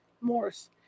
Morris